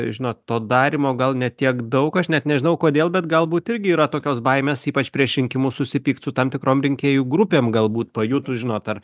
žinot to darymo gal ne tiek daug aš net nežinau kodėl bet galbūt irgi yra tokios baimės ypač prieš rinkimus susipykt su tam tikrom rinkėjų grupėm galbūt pajutus žinot ar